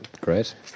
great